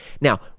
Now